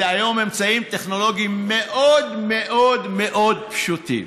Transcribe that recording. היום אלה אמצעים טכנולוגיים מאוד מאוד מאוד פשוטים.